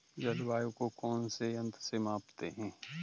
जलवायु को कौन से यंत्र से मापते हैं?